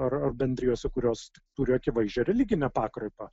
ar ar bendrijos kurios turi akivaizdžią religinę pakraipą